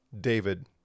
David